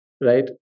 Right